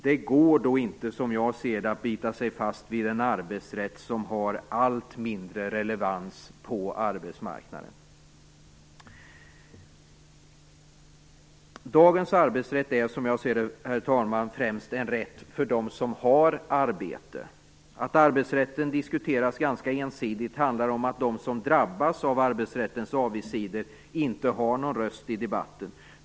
Det går som jag ser det inte att bita sig fast vid en arbetsrätt som har allt mindre relevans på arbetsmarknaden. Dagens arbetsrätt, herr talman, är som jag ser det främst en rätt för dem som har arbete. Att arbetsrätten diskuteras ganska ensidigt handlar om att de som drabbas av arbetsrättens avigsidor inte har någon röst i debatten.